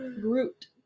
Groot